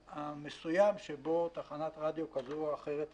המסוים שבו תחנת רדיו כזו או אחרת תשדר.